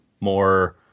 more